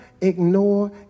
ignore